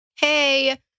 hey